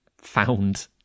found